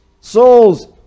Souls